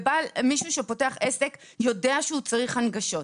מישהו שפותח עסק יודע שהוא צריך הנגשות.